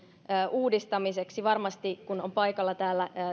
uudistamiseksi varmasti kun on paikalla täällä